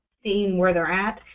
seeing where they're at.